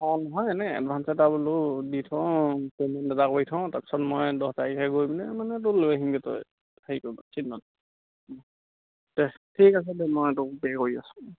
অঁ নহয় এনেই এডভাঞ্চ এটা বোলো দি থওঁ পে'মেণ্ট এটা কৰি থওঁ তাৰপিছত মই দহ তাৰিখে গৈ পিনে মানে তোক লৈ আহিমগৈ তই হেৰি কৰিবি চিনমান দে ঠিক আছে দে মই তোক পে' কৰি আছোঁ